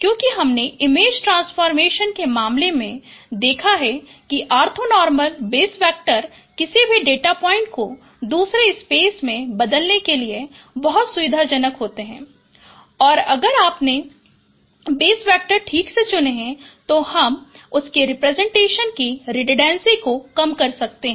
क्योंकि हमने image transform के मामले में देखा है कि ऑर्थो नॉर्मल बेस वैक्टर किसी भी डेटा पॉइंट को दूसरे स्पेस में बदलने के लिए बहुत सुविधाजनक होते हैं और अगर आपने बेस वैक्टर ठीक से चुने हैं तो हम उसके रिप्रेजेंटेशन की रिडनडेन्सी को कम कर सकते हैं